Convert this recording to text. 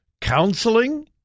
counseling